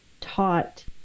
taught